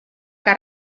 que